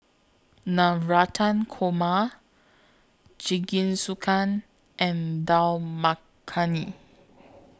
Navratan Korma Jingisukan and Dal Makhani